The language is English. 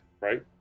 right